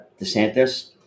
desantis